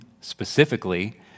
specifically